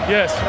Yes